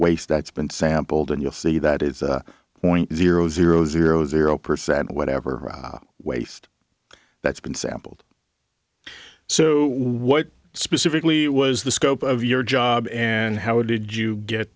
waste that's been sampled and you'll see that is point zero zero zero zero percent whatever waste that's been sampled so what specifically was the scope of your job and how did you get